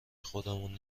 خودمون